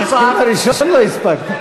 את הראשון לא הספקת.